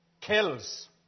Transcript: kills